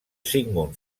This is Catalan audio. sigmund